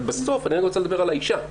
אבל בסוף אני רוצה לדבר על האישה,